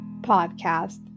podcast